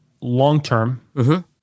long-term